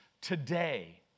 today